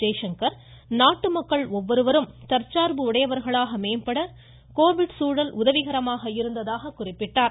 ஜெய்சங்கர் நாட்டு மக்கள் ஒவ்வொருவரும் தற்சா்பு உடையவர்களாக மேம்பட கோவிட் உதவிகரமாக இருந்ததாக குறிப்பிட்டார்